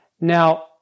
Now